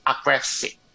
aggressive